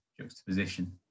juxtaposition